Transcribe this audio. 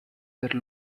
per